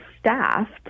staffed